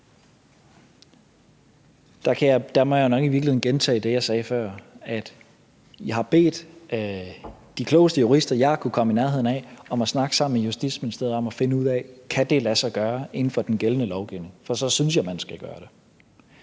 Der må jeg jo nok i virkeligheden gentage det, jeg sagde før, nemlig at jeg har bedt de klogeste jurister, jeg har kunnet komme i nærheden af, om at snakke sammen i Justitsministeriet om at finde ud af, om det kan lade sig gøre inden for den gældende lovgivning. For så synes jeg, at man skal gøre det.